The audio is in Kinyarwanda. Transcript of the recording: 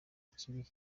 kibi